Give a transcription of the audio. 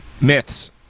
Myths